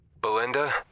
Belinda